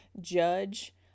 judge